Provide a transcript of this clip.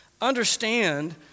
understand